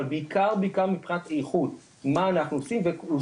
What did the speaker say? אבל בעיקר מבחינת איכות,